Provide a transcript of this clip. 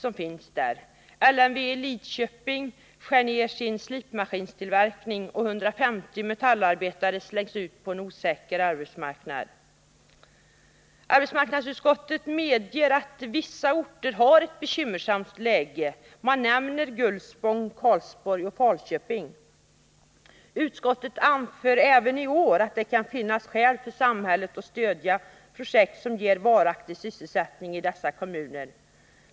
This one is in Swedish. LMV i Lidköping skär ner sin slipmaskinstillverkning, och 150 metallarbetare slängs ut på en osäker arbetsmarknad. Arbetsmarknadsutskottet medger att vissa orter har ett bekymmersamt läge — man nämner Gullspång, Karlsborg och Falköping. Utskottet anför även i år att det kan finnas skäl för samhället att stödja projekt som ger varaktig sysselsättning i dessa kommuner.